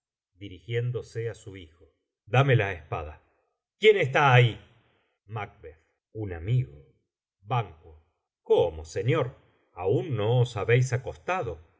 suelta en el descanso dirigiéndose á su hijo dame la espada quién está ahí macb un amigo ban cómo señor aún no os habéis acostado